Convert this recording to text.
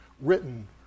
written